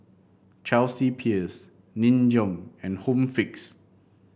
Chelsea Peers Nin Jiom and Home Fix